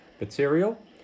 material